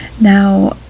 now